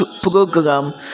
program